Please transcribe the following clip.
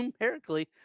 numerically